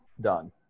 done